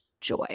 joy